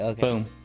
Boom